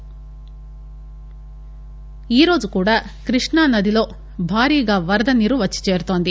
flood ఈరోజు కూడా కృష్ణా నదిలో భారీగా వరద నీరు వచ్చిచేరుతోంది